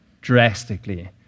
drastically